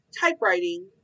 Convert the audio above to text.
typewriting